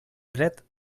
dret